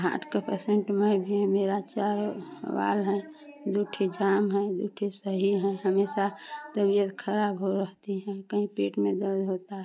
heart का patient मैं भी मेरा चारों वॉल्व हैं दो ठो जाम हैं दो ठो सही हैं हमेशा तबियत खराब रहती है कभी पेट में दर्द होता है